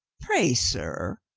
pray, sir,